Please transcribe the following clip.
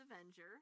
Avenger